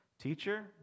teacher